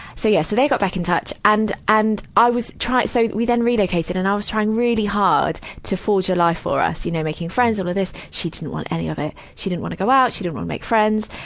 so yeah, so they got back in touch. and, and i was trying so, we then relocated and i was trying really hard to forge a life for us. you know, making friends, all of this. she didn't want any of it. she didn't want to go out, she didn't want to make friends.